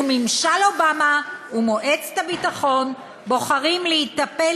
וממשל אובמה ומועצת הביטחון בוחרים להיטפל